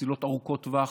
פסילות ארוכות טווח.